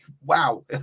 wow